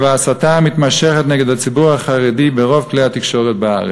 ההסתה המתמשכת נגד הציבור החרדי ברוב כלי התקשורת בארץ.